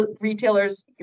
retailers